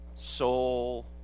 soul